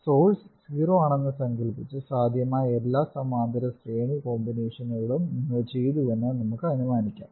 source zero ആണെന്ന് സങ്കൽപ്പിച്ചു സാധ്യമായ എല്ലാ സമാന്തര ശ്രേണി കോമ്പിനേഷനുകളും നിങ്ങൾ ചെയ്തുവെന്ന് നമുക്ക് അനുമാനിക്കാം